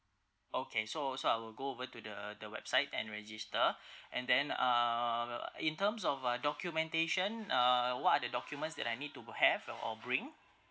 okay so so I will go over to the the website and register and then uh in terms of uh documentation uh what are the documents that I need to have or or bring